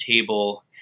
table